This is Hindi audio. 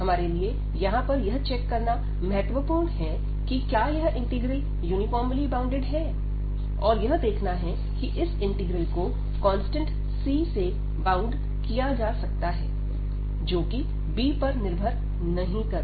हमारे लिए यहां पर यह चेक करना महत्वपूर्ण है कि क्या यह इंटीग्रल यूनीफामर्ली बाउंडेड है और यह देखना है की इस इंटीग्रल को कांस्टेंट C से बाउंड किया जा सकता है जो कि b पर निर्भर नहीं करता